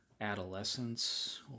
adolescence